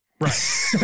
Right